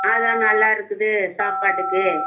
அதுதான் நல்லாயிருக்குது சாப்பாட்டுக்கு